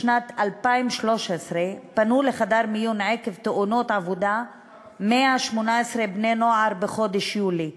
בשנת 2013 פנו לחדר מיון עקב תאונות עבודה 118 בני-נוער בחודש יולי.